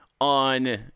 on